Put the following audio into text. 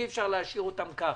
אי אפשר להשאיר אותם כך.